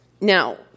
Now